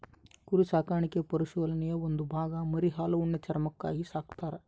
ಕುರಿ ಸಾಕಾಣಿಕೆ ಪಶುಪಾಲನೆಯ ಒಂದು ಭಾಗ ಮರಿ ಹಾಲು ಉಣ್ಣೆ ಚರ್ಮಕ್ಕಾಗಿ ಸಾಕ್ತರ